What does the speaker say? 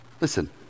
Listen